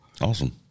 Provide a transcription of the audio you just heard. Awesome